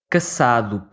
Caçado